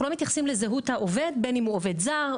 לא מתייחסים לזהות העובד בין אם הוא עובד זר,